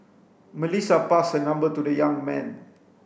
Melissa passed her number to the young man